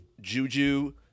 juju